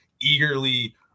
eagerly